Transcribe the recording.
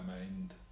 mind